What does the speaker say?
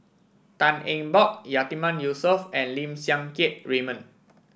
Tan Eng Bock Yatiman Yusof and Lim Siang Keat Raymond